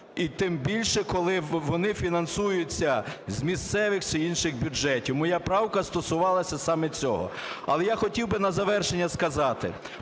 І тим більше, коли вони фінансуються з місцевих чи інших бюджетів. Моя правка стосувалася саме цього. Але я хотів би на завершення сказати.